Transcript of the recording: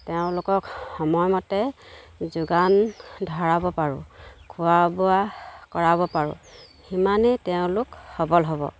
তেওঁলোকক সময় মতে যোগান ধৰাব পাৰোঁ খোৱা বোৱা কৰাব পাৰোঁ সিমানেই তেওঁলোক সবল হ'ব